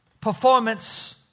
performance